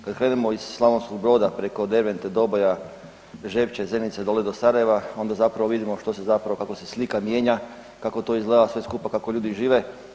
Kada krenemo iz Slavonskog broda preko Dervente, Doboja, Žepče, Zenice dole do Sarajeva onda zapravo vidimo što se zapravo, kako se slika mijenja, kako to izgleda sve skupa kako ljudi žive.